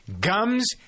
Gums